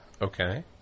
Okay